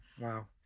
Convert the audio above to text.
Wow